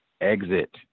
exit